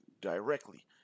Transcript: directly